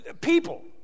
People